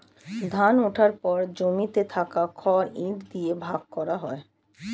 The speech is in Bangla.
ধান ওঠার পর জমিতে থাকা খড় ইট দিয়ে ভাগ করা হয়